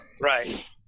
right